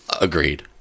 Agreed